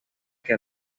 que